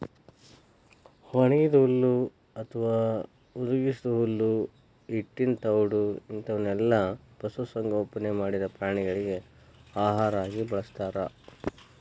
ಒಣಗಿದ ಹುಲ್ಲು ಅತ್ವಾ ಹುದುಗಿಸಿದ ಹುಲ್ಲು ಹಿಟ್ಟಿನ ತೌಡು ಇಂತವನ್ನೆಲ್ಲ ಪಶು ಸಂಗೋಪನೆ ಮಾಡಿದ ಪ್ರಾಣಿಗಳಿಗೆ ಆಹಾರ ಆಗಿ ಬಳಸ್ತಾರ